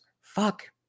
Fuck